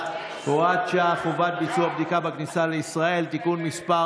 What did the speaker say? (הוראת שעה) (חובת ביצוע בדיקה בכניסה לישראל) (תיקון מס'